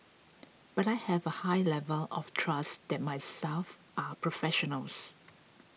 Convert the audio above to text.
but I have a high level of trust that my staff are professionals